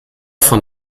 von